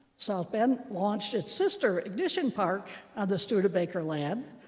south bend launched its sister edition park on the studebaker lab.